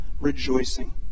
rejoicing